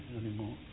anymore